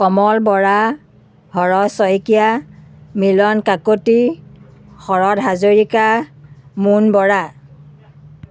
Kamal Bora Har Saikia Milan Kakati Sarat Hazarika Moon Bora